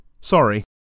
Sorry